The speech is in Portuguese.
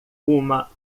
uma